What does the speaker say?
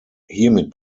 hiermit